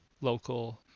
local